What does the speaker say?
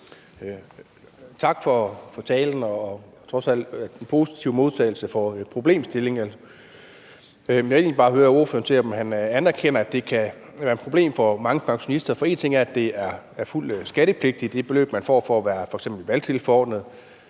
Tak for talen og for den trods alt positive modtagelse af problemstillingen. Jeg vil egentlig bare høre ordføreren, om han anerkender, at det kan være et problem for mange pensionister. For én ting er, at det beløb, man får for f.eks. at være valgtilforordnet,